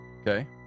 Okay